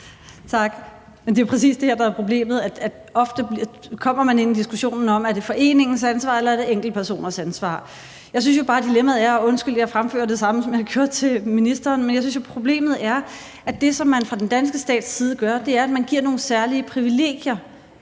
Tak. Men det er jo præcis det, der er problemet, altså at man ofte kommer ind i diskussionen, om det er foreningens ansvar eller enkeltpersoners ansvar. Jeg synes jo bare, at dilemmaet og problemet er – undskyld, jeg fremfører det samme, som jeg har gjort over for ministeren – at det, man fra den danske stats side gør, er, at man giver nogle særlige privilegier